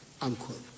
unquote